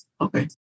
Okay